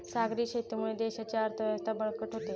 सागरी शेतीमुळे देशाची अर्थव्यवस्था बळकट होते